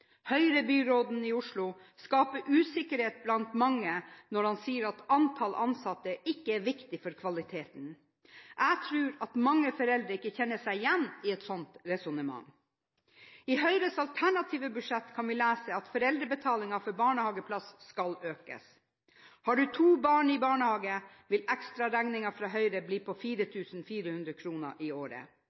Høyre-byråden i Oslo skaper usikkerhet blant mange når har sier at antall ansatte ikke er viktig for kvaliteten. Jeg tror mange foreldre ikke kjenner seg igjen i et sånt resonnement. I Høyres alternative budsjett kan vi lese at foreldrebetalingen for barnehageplass skal økes. Har du to barn i barnehage, vil ekstraregningen fra Høyre bli på 4 400 kr i året.